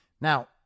Now